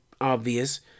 obvious